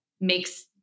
makes